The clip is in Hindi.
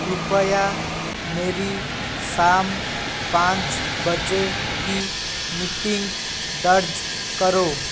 कृपया मेरी शाम पाँच बजे की मिटिंग दर्ज करो